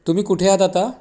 तुम्ही कुठे आहात आता